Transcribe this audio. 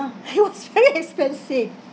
very expensive